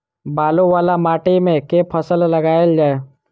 बालू वला माटि मे केँ फसल लगाएल जाए?